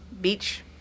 beach